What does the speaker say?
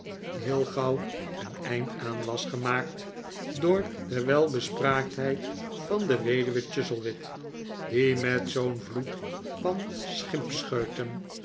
heel gauw een eind aan was gemaakt door de welbespraaktheid van de weduwe chuzzlewit die met zoo'n vloed van